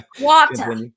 Water